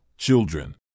children